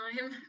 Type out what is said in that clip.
time